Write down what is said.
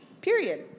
period